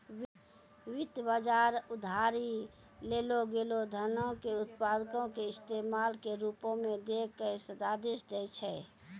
वित्त बजार उधारी लेलो गेलो धनो के उत्पादको के इस्तेमाल के रुपो मे दै के आदेश दै छै